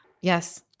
Yes